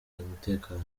umutekano